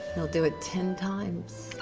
they'll do it ten times.